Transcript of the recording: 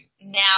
now